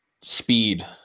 speed